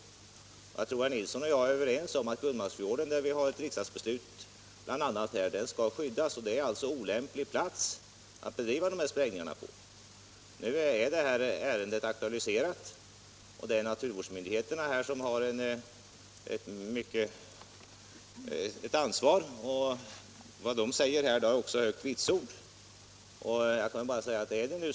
Jag tror att herr Nilsson och jag är överens om att Gullmarsfjorden skall skyddas — det har vi ett riksdagsbeslut om =— och att det alltså är en olämplig plats att bedriva sprängningarna på. Nu är ärendet aktualiserat, och det är ju naturvårdsmyndigheterna som har ansvaret. Vad de säger har också högt vitsord.